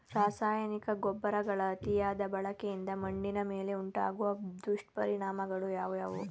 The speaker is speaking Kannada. ರಾಸಾಯನಿಕ ಗೊಬ್ಬರಗಳ ಅತಿಯಾದ ಬಳಕೆಯಿಂದ ಮಣ್ಣಿನ ಮೇಲೆ ಉಂಟಾಗುವ ದುಷ್ಪರಿಣಾಮಗಳು ಯಾವುವು?